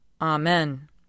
Amen